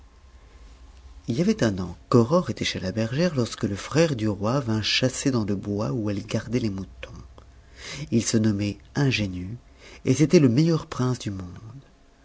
il y avait un an qu'aurore était chez la bergère lorsque le frère du roi vint chasser dans le bois où elle gardait les moutons il se nommait ingénu et c'était le meilleur prince du monde